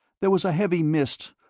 there was a heavy mist,